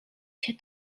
się